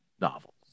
novels